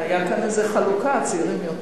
את נראית יותר צעירה.